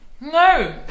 no